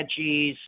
veggies